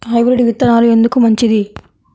Hybrid విత్తనాలు ఎందుకు మంచిది?